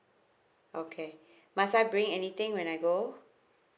okay must I bring anything when I go